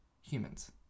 humans